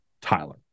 Tyler